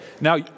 Now